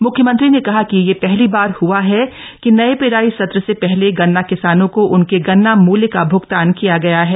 मुख्यमंत्री ने कहा कि यह पहली बार ह्आ है कि नये पेराई सत्र से पहले गन्ना किसानो को उनके गन्ना मूल्य का भुगतान किया गया है